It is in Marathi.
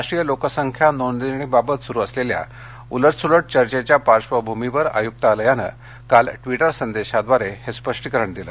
राष्ट्रीय लोकसंख्या नोंदणीबाबत सुरू असलेल्या उलटसुलट चर्चेच्या पार्श्वभूमीवर आयुक्तालयानं काल ट्विटर संदेशाद्वारे हे स्पष्टीकरण दिलं